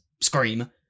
scream